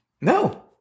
No